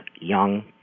young